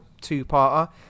two-parter